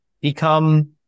become